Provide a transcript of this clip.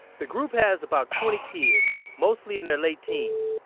the group has about twenty kids, mostly in her late teens.